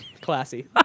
Classy